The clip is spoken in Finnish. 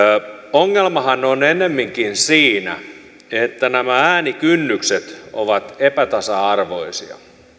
ongelmahan on ennemminkin siinä että nämä äänikynnykset ovat epätasa arvoisia